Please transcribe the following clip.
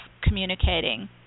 communicating